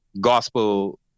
gospel